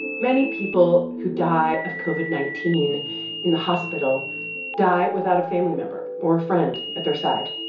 many people who die of covid nineteen in the hospital die without a family member or a friend at their side.